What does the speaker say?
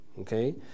Okay